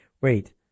wait